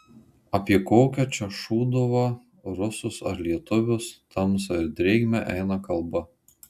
apie kokią čia šūduvą rusus ar lietuvius tamsą ir drėgmę eina kalba